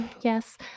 Yes